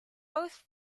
both